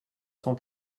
cent